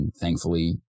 thankfully